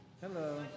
Hello